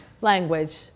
language